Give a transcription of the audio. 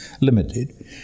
limited